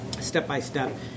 step-by-step